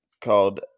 called